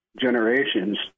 generations